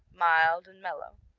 mild and mellow.